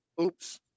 Oops